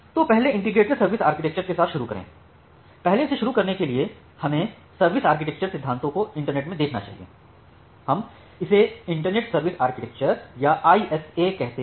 तो पहले integrated service architecture के साथ शुरू करें पहले से शुरू करने के लिए हमें सर्विस आर्किटेक्चर सिद्धांतों को इंटरनेट में देखना चाहिए हम इसे इंटरनेट सर्विस आर्किटेक्चर या आईएसए कहते हैं